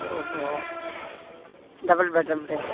ಓಹೋ double bed room ರೀ